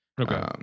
Okay